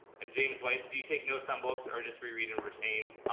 and james wastes, you take notes on books or just reread and retained.